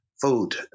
food